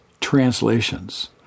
translations